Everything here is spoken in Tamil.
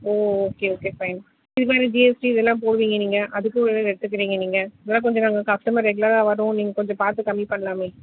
ஓ ஓகே ஓகே ஃபைன் இது கூடவே ஜிஎஸ்டி இதெல்லாம் போடுவீங்க நீங்கள் அதுக்கு ஒரு ரேட் ஏற்றுவீங்க நீங்கள் இதலாம் கொஞ்சம் நாங்கள் கஸ்டமர் ரெகுலராக வரோம் நீங்கள் கொஞ்சம் பார்த்து கம்மி பண்ணலாமே